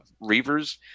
Reavers